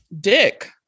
Dick